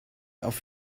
auf